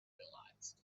realized